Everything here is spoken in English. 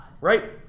Right